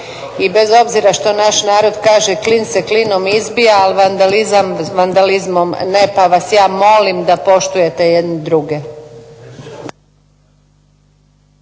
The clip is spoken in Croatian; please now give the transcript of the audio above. I bez obzira što naš narod kaže "klin se klinom izbija" ali vandalizam vandalizmom ne pa vas ja molim da poštujete jedni druge.